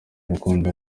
rukundo